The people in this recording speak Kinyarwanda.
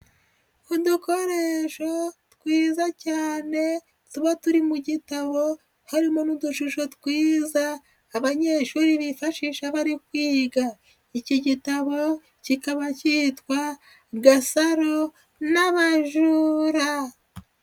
Udukoresho twiza cyane tuba turi mu gitabo harimo n'udushusho twiza abanyeshuri bifashisha bari kwiga, iki gitabo kikaba cyitwa Gasaro n'abajura.